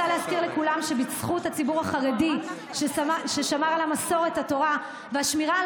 הציבור החרדי נוצר מתוך שליחות אמיתית.